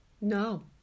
No